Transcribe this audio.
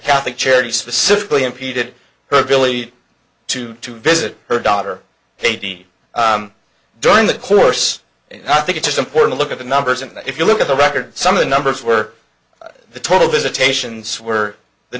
catholic charities specifically impeded her billy to to visit her daughter katie during the course and i think it's important look at the numbers and if you look at the records some of the numbers were the total visitations were the